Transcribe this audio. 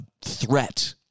threat